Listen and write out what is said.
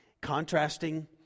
contrasting